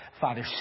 Father